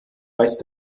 weist